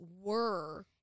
were-